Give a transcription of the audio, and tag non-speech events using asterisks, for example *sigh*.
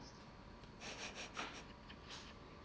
*laughs*